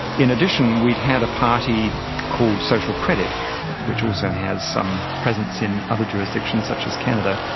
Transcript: in addition we had had a party called social credit which also has some presence in other jurisdictions such as canada,